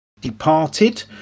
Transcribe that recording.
departed